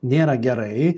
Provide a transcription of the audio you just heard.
nėra gerai